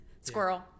Squirrel